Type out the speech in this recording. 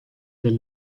del